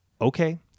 okay